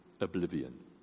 oblivion